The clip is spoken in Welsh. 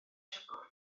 siwgr